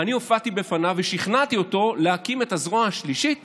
ואני הופעתי בפניו ושכנעתי אותו להקים את הזרוע השלישית